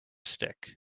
stick